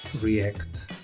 react